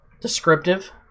descriptive